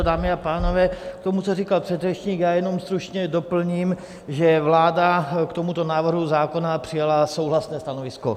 Dámy a pánové, k tomu, co říkal předřečník, jenom stručně doplním, že vláda k tomuto návrhu zákona přijala souhlasné stanovisko.